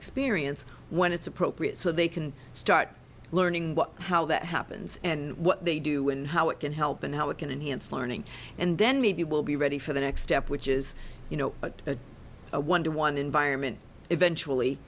experience when it's appropriate so they can start learning what how that happens and what they do and how it can help and how it can enhance learning and then maybe will be ready for the next step which is you know but a one to one environment eventually